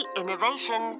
innovation